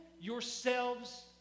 yourselves